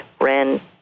ran